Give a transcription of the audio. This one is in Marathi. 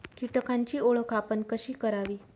कीटकांची ओळख आपण कशी करावी?